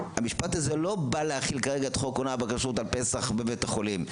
המשפט הזה לא בא להחיל כרגע את חוק הונאה בכשרות על פסח בבית החולים,